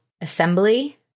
assembly